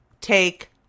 take